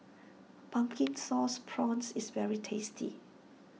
Pumpkin Sauce Prawns is very tasty